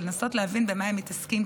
אני רוצה לנסות להבין במה הם מתעסקים,